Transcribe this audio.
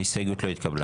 ההסתייגות לא התקבלה.